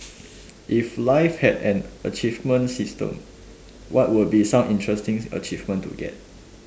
if life had an achievement system what would be some interesting achievement to get